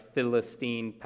Philistine